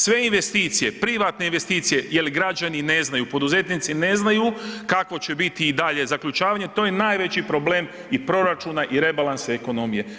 Sve investicije, privatne investicije jel građani ne znaju, poduzetnici ne znaju kako će biti zaključavanje, to je najveći problem i proračuna i rebalansa i ekonomije.